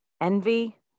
envy